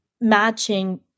matching